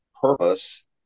purpose